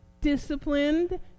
disciplined